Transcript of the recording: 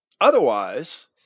Otherwise